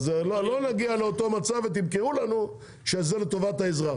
לא להגיע לאותו מצב שבו תמכרו לנו שזה לטובת האזרח.